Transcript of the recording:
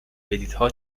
بلیتها